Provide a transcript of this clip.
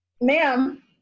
ma'am